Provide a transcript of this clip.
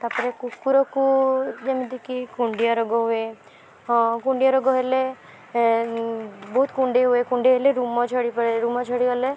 ତା'ପରେ କୁକୁରକୁ ଯେମିତିକି କୁଣ୍ଡିଆ ରୋଗ ହୁଏ ହଁ କୁଣ୍ଡିଆ ରୋଗ ହେଲେ ବହୁତ କୁଣ୍ଡେଇ ହୁଏ କୁଣ୍ଡେଇ ହେଲେ ରୁମ ଝଡ଼ି ପଡ଼େ ରୁମ ଝଡ଼ି ଗଲେ